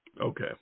Okay